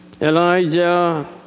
Elijah